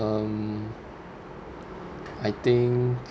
mm I think